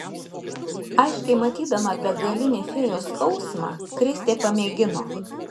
aiškiai matydama begalinį fėjos skausmą kristė pamėgino